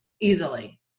easily